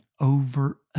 over